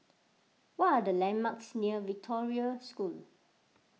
what are the landmarks near Victoria School